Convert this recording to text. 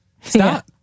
Stop